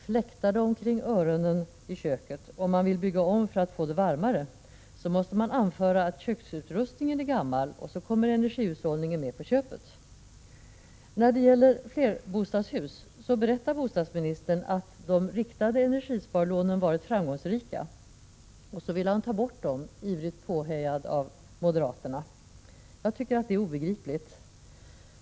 Fläktar det kring öronen i köket och man vill bygga om för att få det varmare, måste man anföra att köksutrustningen är för gammal, och så kommer energihushållningen med på köpet. När det gäller flerbostadshus berättar bostadsministern att de riktade energisparlånen har varit framgångsrika. Och så vill han ta bort dem, ivrigt påhejad av moderaterna. Jag tycker att det är obegripligt.